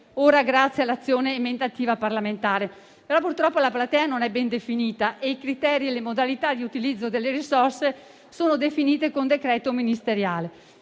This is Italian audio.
ora grazie all'azione emendativa parlamentare. Purtroppo, però, la parte non è ben definita e i criteri e le modalità di utilizzo delle risorse sono definite con decreto ministeriale.